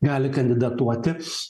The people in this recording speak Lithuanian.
gali kandidatuoti